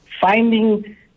finding